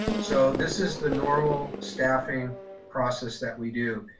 so this is the normal staffing process that we do.